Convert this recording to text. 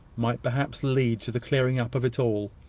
might perhaps lead to the clearing up of it all!